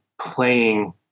playing